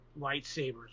lightsabers